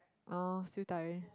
orh still tiring